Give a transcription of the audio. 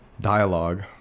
dialogue